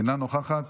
אינה נוכחת.